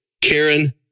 Karen